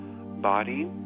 body